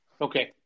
okay